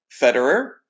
Federer